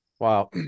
Wow